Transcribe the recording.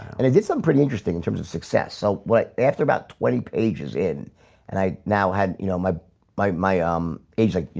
and it's some pretty interesting in terms of success so but after about twenty pages in and i now had you know, my my my um age like,